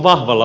puhemies